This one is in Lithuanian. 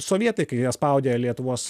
sovietai spaudė lietuvos